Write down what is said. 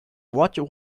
what